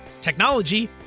technology